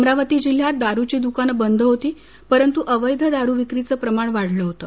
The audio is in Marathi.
अमरावती जिल्ह्यात दारूची दुकानं बंद होती परंतु अवैध दारू विक्रीचं प्रमाण वाढलं होतं